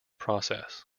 process